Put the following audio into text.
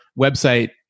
website